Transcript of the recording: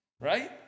right